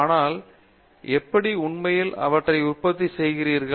ஆனால் எப்படி உண்மையில் அவற்றை உற்பத்தி செய்கிறீர்கள்